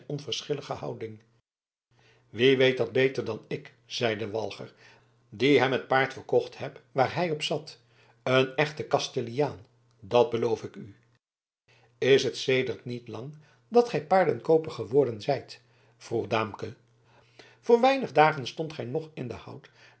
onverschillige houding wie weet dat beter dan ik zeide walger die hem het paard verkocht heb waar hij op zat een echten kastiliaan dat beloof ik u is het sedert niet lang dat gij paardenkooper geworden zijt vroeg daamke voor weinige dagen stondt gij nog in den hout